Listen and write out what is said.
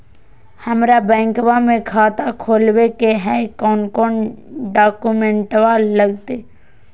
हमरा बैंकवा मे खाता खोलाबे के हई कौन कौन डॉक्यूमेंटवा लगती?